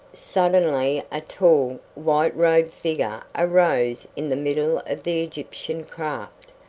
suddenly a tall, white-robed figure arose in the middle of the egyptian craft,